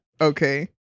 Okay